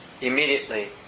immediately